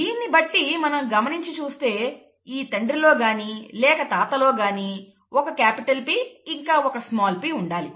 దీన్నిబట్టి మనం గమనించి చూస్తే ఈ తండ్రి లో గాని లేక తాత లో గాని ఒక క్యాపిటల్ P ఇంకా ఒక స్మాల్ p ఉండి ఉండాలి